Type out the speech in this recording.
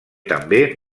també